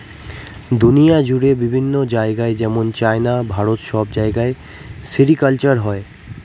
দুনিয়া জুড়ে বিভিন্ন জায়গায় যেমন চাইনা, ভারত সব জায়গায় সেরিকালচার হয়